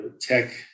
tech